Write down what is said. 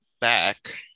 back